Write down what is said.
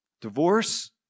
Divorce